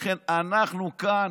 לכן אנחנו כאן